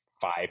five